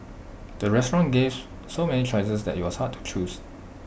the restaurant gave so many choices that IT was hard to choose